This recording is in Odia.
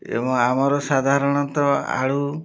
ଏବଂ ଆମର ସାଧାରଣତଃ ଆଳୁ